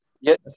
Yes